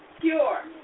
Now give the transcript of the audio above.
pure